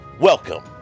Welcome